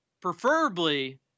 Preferably